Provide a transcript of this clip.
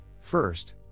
First